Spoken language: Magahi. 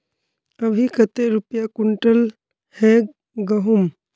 अभी कते रुपया कुंटल है गहुम?